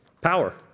power